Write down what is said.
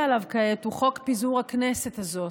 עליו כעת הוא חוק פיזור הכנסת הזאת,